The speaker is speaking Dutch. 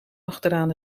achteraan